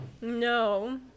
No